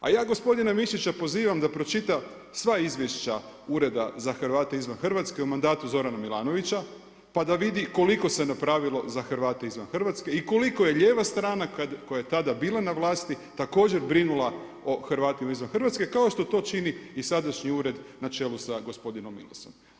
A ja gospodina Mišića pozivam da pročita sva izvješća Ureda za Hrvate izvan Hrvatske u mandatu Zorana Milanovića pa da vidi koliko se napravilo za Hrvate izvan Hrvatske i koliko je lijeva strana kad, koja je tada bila na vlasti također brinula o Hrvatima izvan Hrvatske kao što to čini i sadašnji ured na čelu sa gospodinom Milasom.